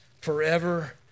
forever